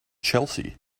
chelsea